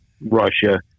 Russia